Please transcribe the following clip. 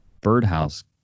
birdhouse